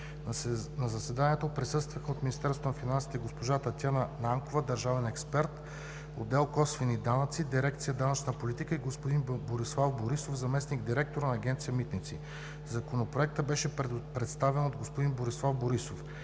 На заседанието присъстваха: от Министерство на финансите госпожа Татяна Накова – държавен експерт, отдел „Косвени данъци“, дирекция „Данъчна политика“, и господин Борислав Борисов – заместник-директор на Агенция „Митници“. Законопроектът беше представен от господин Борислав Борисов.